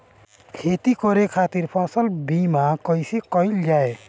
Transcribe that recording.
खेती करे के खातीर फसल बीमा कईसे कइल जाए?